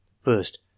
first